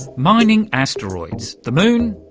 mining asteroids, the moon,